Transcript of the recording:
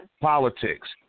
Politics